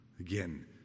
Again